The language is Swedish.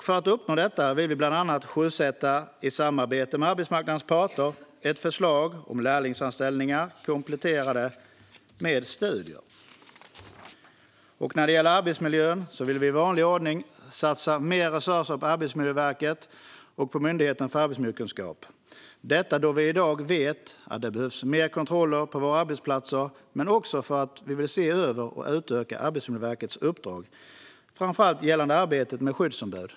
För att uppnå detta vill vi bland annat i samarbete med arbetsmarknadens parter sjösätta ett förslag om lärlingsanställningar kompletterade med studier. När det gäller arbetsmiljön vill vi i vanlig ordning satsa mer resurser på Arbetsmiljöverket och på Myndigheten för arbetsmiljökunskap. Detta vill vi göra då vi i dag vet att det behövs fler kontroller på våra arbetsplatser men också för att vi vill se över och utöka Arbetsmiljöverkets uppdrag, framför allt gällande arbetet med skyddsombud.